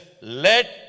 let